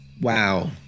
Wow